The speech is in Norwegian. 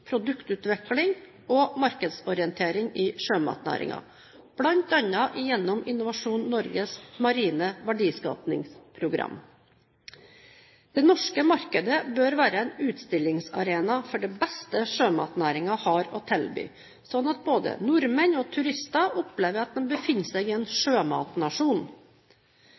produktutvikling og markedsorientering i sjømatnæringen, bl.a. gjennom Innovasjon Norges marine verdiskapingsprogram. Det norske markedet bør være en utstillingsarena for det beste sjømatnæringen har å tilby, slik at både nordmenn og turister opplever at de befinner seg i en sjømatnasjon.